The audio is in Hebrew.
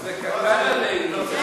זה קטן עלינו.